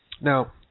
Now